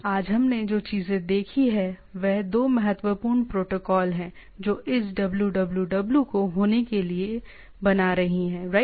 आज हमने जो चीज देखी है वह दो महत्वपूर्ण प्रोटोकॉल है जो इस www को होने के लिए बना रही हैराइट